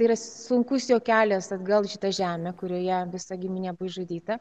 yra sunkus jo kelias atgal į šitą žemę kurioje visa giminė išžudyta